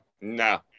No